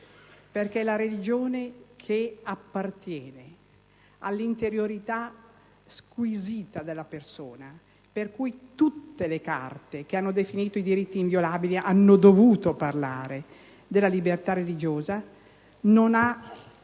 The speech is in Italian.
mozioni. La religione appartiene all'interiorità squisita della persona, tanto che tutte le carte che hanno definito i diritti inviolabili hanno dovuto parlare della libertà religiosa.